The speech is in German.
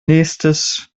nächstes